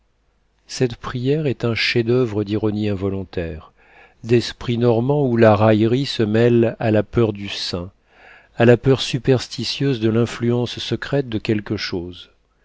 cette prière est un chef-d'oeuvre d'ironie involontaire d'esprit normand où la raillerie se mêle à la peur du saint à la peur superstitieuse de l'influence secrète de quelque chose